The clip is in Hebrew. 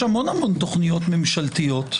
יש הרבה תכניות ממשלתיות.